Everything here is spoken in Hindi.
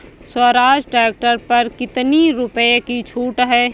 स्वराज ट्रैक्टर पर कितनी रुपये की छूट है?